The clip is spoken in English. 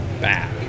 back